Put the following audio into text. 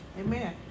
Amen